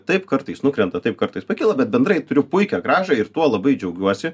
taip kartais nukrenta taip kartais pakyla bet bendrai turiu puikią grąžą ir tuo labai džiaugiuosi